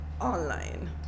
online